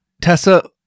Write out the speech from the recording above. tessa